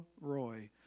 Roy